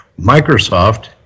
microsoft